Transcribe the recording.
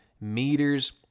meters